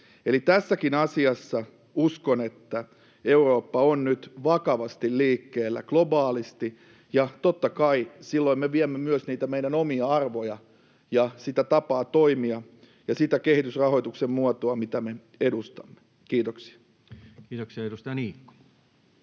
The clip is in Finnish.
tässäkin asiassa uskon, että Eurooppa on nyt vakavasti liikkeellä globaalisti, ja totta kai silloin me viemme myös meidän omia arvoja ja sitä tapaa toimia ja sitä kehitysrahoituksen muotoa, mitä me edustamme. — Kiitoksia.